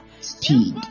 speed